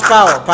Power